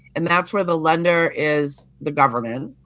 and that's where the lender is the government.